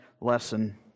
lesson